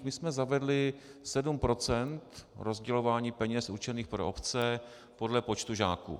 My jsme zavedli 7 % rozdělování peněz určených pro obce podle počtu žáků.